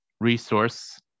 resource